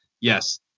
Yes